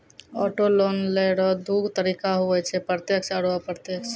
auto loan लेय रो दू तरीका हुवै छै प्रत्यक्ष आरू अप्रत्यक्ष